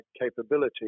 capability